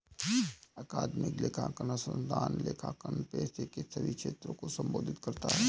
अकादमिक लेखांकन अनुसंधान लेखांकन पेशे के सभी क्षेत्रों को संबोधित करता है